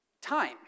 Time